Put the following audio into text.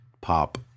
pop